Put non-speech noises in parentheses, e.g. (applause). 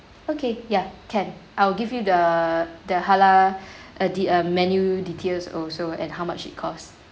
okay ya can I'll give you the the halal (breath) uh the uh menu details also and how much it costs